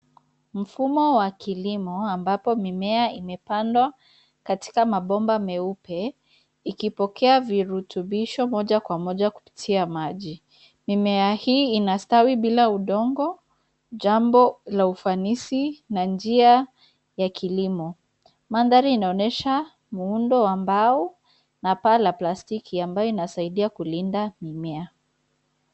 Mfumo wa kilimo ambapo mimea imepandwa katika mabomba meupe ikipokea virutubisho moja kwa moja kupitia maji. Mimea hii inastawi bila udongo, jambo la ufanisi na njia ya kilimo. Mandhari inaonyesha muundo wa mbao na paa la plastiki ambayo inasaidia kulinda mimea.